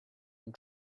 and